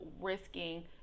risking